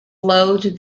loathed